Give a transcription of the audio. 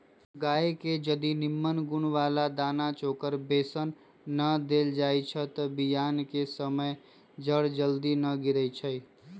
गाय के जदी निम्मन गुण बला दना चोकर बेसन न देल जाइ छइ तऽ बियान कें समय जर जल्दी न गिरइ छइ